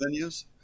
venues